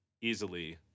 easily